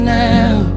now